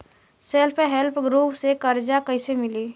Self help group से कर्जा कईसे मिली?